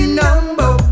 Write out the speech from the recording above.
number